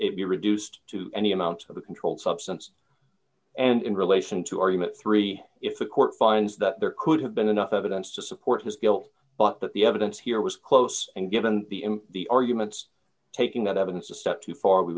it be reduced to any amount of a controlled substance and in relation to argument three if the court finds that there could have been enough evidence to support his guilt but that the evidence here was close and given the in the arguments taking that evidence a step too far we